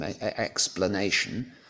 explanation